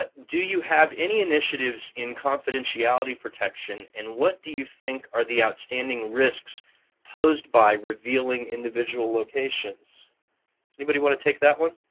and do you have any initiatives in confidentiality protection? and what do you think are the outstanding risks posed by revealing individual locations? does anybody want to take that one?